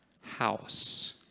house